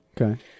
Okay